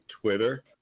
Twitter